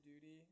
duty